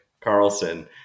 Carlson